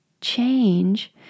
change